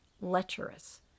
lecherous